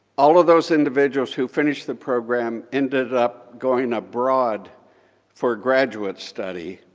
all of those individuals who finished the program ended up going abroad for graduate study,